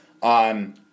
on